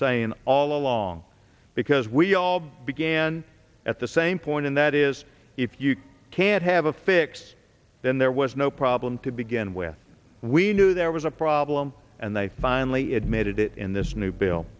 saying all along because we all began at the same point and that is if you can't have a fix then there was no problem to begin with we knew there was a problem and they finally admitted it in this new bill